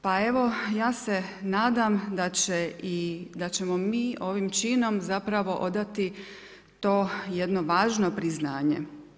Pa evo ja se nadam da ćemo mi ovim činom zapravo odati to jedno važno priznanje.